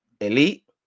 Elite